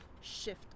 shift